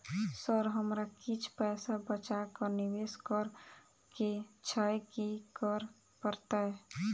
Sir हमरा किछ पैसा बचा कऽ निवेश करऽ केँ छैय की करऽ परतै?